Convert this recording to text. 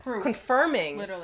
confirming